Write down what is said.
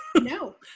no